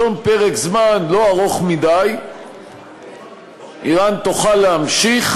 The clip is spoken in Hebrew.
בתום פרק זמן לא ארוך מדי איראן תוכל להמשיך